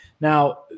now